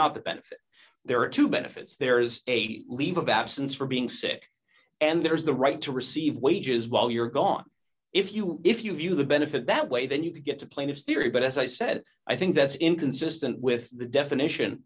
a benefit there are two benefits there is a leave of absence for being sick and there is the right to receive wages while you're gone if you will if you view the benefit that way then you could get to plaintiffs theory but as i said i think that's inconsistent with the definition